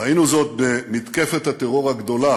ראינו זאת במתקפת הטרור הגדולה